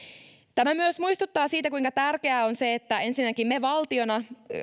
tämä myös muistuttaa siitä kuinka tärkeää on se että ensinnäkin me valtiona